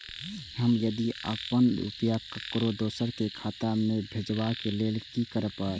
हम यदि अपन रुपया ककरो दोसर के खाता में भेजबाक लेल कि करै परत?